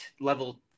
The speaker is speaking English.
level